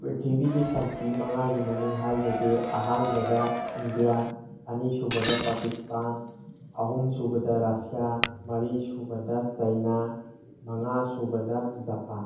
ꯄ꯭ꯔꯤꯊꯤꯕꯤꯒꯤ ꯀꯟꯇ꯭ꯔꯤ ꯃꯉꯥꯒꯤ ꯃꯃꯤꯡ ꯍꯥꯏꯖꯒꯦ ꯑꯍꯥꯟꯕꯗ ꯏꯟꯗꯤꯌꯥ ꯑꯅꯤꯁꯨꯕꯗ ꯄꯀꯤꯁꯇꯥꯟ ꯑꯍꯨꯝ ꯁꯨꯕꯗ ꯔꯁꯤꯌꯥ ꯃꯔꯤ ꯁꯨꯕꯗ ꯆꯩꯅꯥ ꯃꯉꯥ ꯁꯨꯕꯗ ꯖꯄꯥꯟ